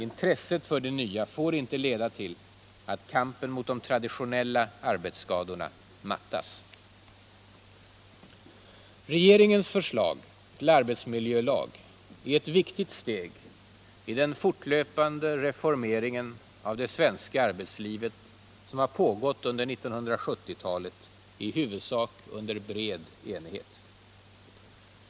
Intresset för det nya får inte leda till att kampen mot de traditionella arbetsskadorna mattas av. Regeringens förslag till arbetsmiljölag är ett viktigt steg i den fortlöpande reformeringen av det svenska arbetslivet som har pågått under 1970-talet — i huvudsak under bred enighet.